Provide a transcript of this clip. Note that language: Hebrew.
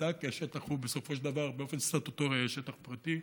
כי השטח בסופו של דבר באופן סטטוטורי היה שטח פרטי.